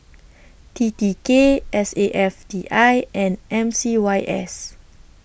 T T K S A F T I and M C Y S